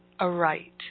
aright